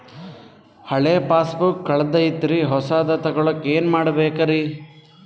ಹಳೆ ಪಾಸ್ಬುಕ್ ಕಲ್ದೈತ್ರಿ ಹೊಸದ ತಗೊಳಕ್ ಏನ್ ಮಾಡ್ಬೇಕರಿ?